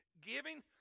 Giving